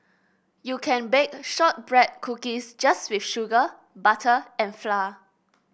you can bake shortbread cookies just with sugar butter and flour